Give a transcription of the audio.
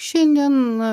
šiandien na